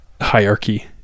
hierarchy